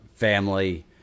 family